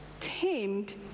tamed